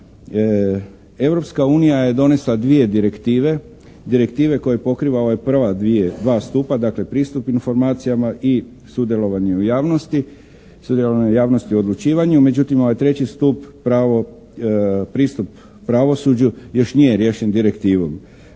Europska unija je donesla 2 direktive, direktive koje pokriva, ova prva 2 stupa, dakle pristup informacijama i sudjelovanje u javnosti. Sudjelovanje u javnosti i odlučivanju. Međutim, ovaj 3. stup, pravo, pristup pravosuđu još nije riješen direktivom.